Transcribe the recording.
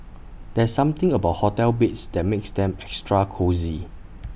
there's something about hotel beds that makes them extra cosy